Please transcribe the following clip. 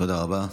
תודה רבה.